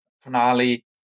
Finale